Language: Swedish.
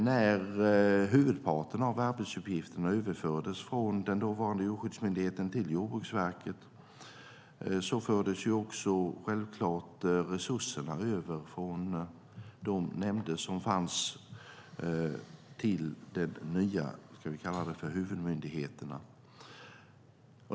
När huvudparten av arbetsuppgifterna överfördes från den dåvarande djurskyddsmyndigheten till Jordbruksverket fördes självklart också resurserna över från de nämnder som fanns till de nya huvudmyndigheterna.